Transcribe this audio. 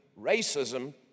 racism